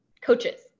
coaches